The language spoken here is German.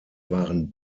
waren